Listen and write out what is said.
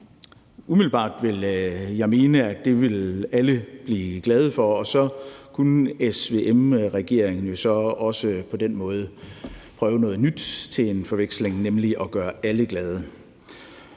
Umiddelbart vil jeg mene, at alle ville blive glade for det, og så kunne SVM-regeringen jo også på den måde prøve noget nyt til en afveksling, nemlig at gøre alle glade.